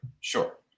Sure